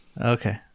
Okay